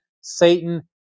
Satan